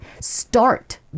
start